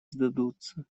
сдадутся